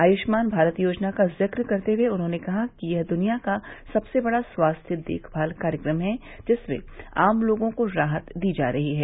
आयुष्मान भारत योजना का जिक करते हुए उन्होंने कहा कि यह दुनियां का सबसे बड़ा स्वास्थ्य देखभाल कार्यक्रम है जिससे आम लोगों को राहत दी जा रही है